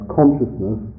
consciousness